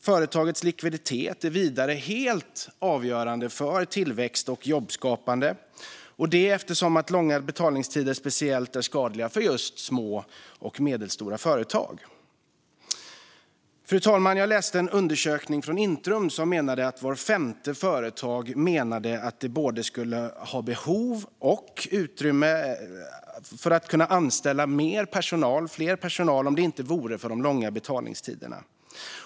Företagets likviditet är vidare helt avgörande för tillväxt och jobbskapande, eftersom långa betalningstider är speciellt skadliga för små och medelstora företag. Fru talman! Jag läste en undersökning från Intrum. Var femte företag menade att de skulle ha både behov av och utrymme att anställa mer personal om det inte vore för de långa betalningstiderna.